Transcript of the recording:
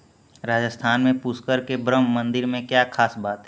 राजस्थान में पुष्कर के ब्रह्म मंदिर में क्या खास बात है